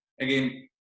Again